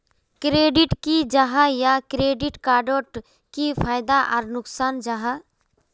Credit की जाहा या क्रेडिट कार्ड डोट की फायदा आर नुकसान जाहा?